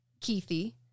Keithy